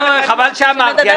לא, חבל שאמרת לי.